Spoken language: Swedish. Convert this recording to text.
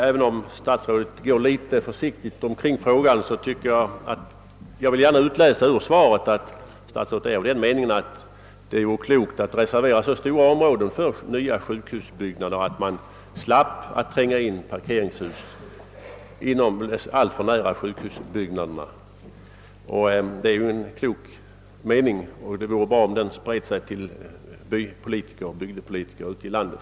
Även om statsrådet går litet försiktigt omkring frågan vill jag gärna ur svaret läsa ut att statsrådet är av den meningen, att det vore klokt att reservera så stora områden för sjukhusbyggnader att man slapp att tränga in parkeringshus i närheten av dem. Det är en klok mening, och det vore bra om den spred sig till bygdepolitiker ute i landet.